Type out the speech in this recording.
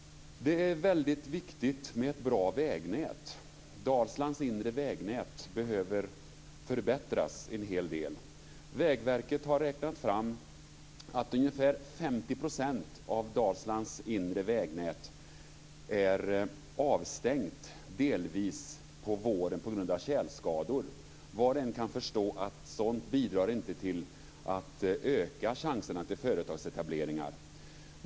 Det är väldigt viktigt med ett bra vägnät. Dalslands inre vägnät behöver förbättras en hel del. Vägverket har räknat fram att ungefär 50 % av Dalslands inre vägnät delvis är avstängt på våren på grund av tjälskador. Var och en kan förstå att sådant inte bidrar till att öka chanserna för företagsetableringar.